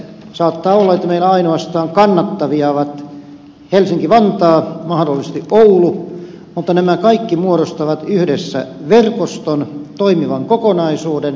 saattaa olla että meillä ainoastaan kannattavia ovat helsinki vantaa mahdollisesti oulu mutta nämä kaikki muodostavat yhdessä verkoston toimivan kokonaisuuden